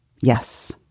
Yes